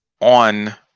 on